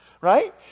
right